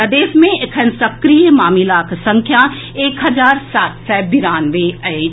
प्रदेश मे एखन सक्रिय मामिलाक संख्या एक हजार सात सय बिरानवे अछि